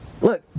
Look